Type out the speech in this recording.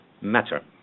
matter